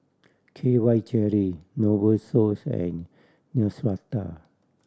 K Y Jelly Novosource and Neostrata